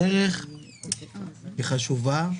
הדרך היא חשובה,